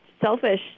selfish